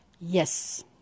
Yes